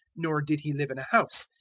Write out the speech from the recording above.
nor did he live in a house,